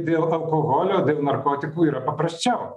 dėl alkoholio dėl narkotikų yra paprasčiau